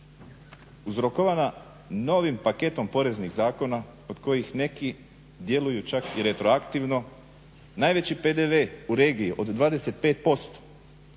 uzrokovana novim paketom poreznih zakona od kojih neki djeluju čak i retroaktivno, najveći PDV u regiji od 25%,